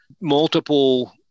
multiple